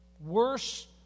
Worse